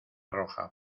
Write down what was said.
roja